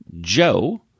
Joe